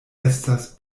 estas